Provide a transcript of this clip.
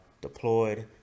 deployed